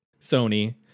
Sony